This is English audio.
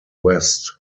west